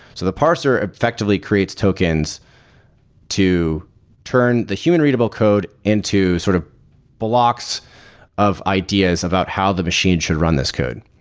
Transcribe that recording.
so the parser effectively creates tokens to turn the human readable code into sort of blocks of ideas about how the machine should run this code.